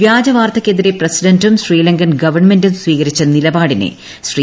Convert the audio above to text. വ്യാജ വാർത്തയ്ക്കെതിരെ പ്രസിഡന്റും ശ്രീലങ്കൻ ഗവൺമെന്റും സ്വീകരിച്ച നിലപാടിനെ ശ്രീ